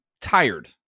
tired